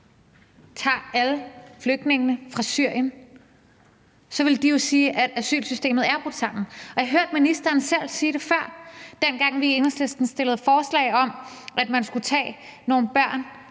tager alle flygtninge fra Syrien, så ville de jo sige, at asylsystemet er brudt sammen. Jeg har hørt ministeren selv sige det før. Dengang vi i Enhedslisten stillede forslag om, at man skulle tage nogle børn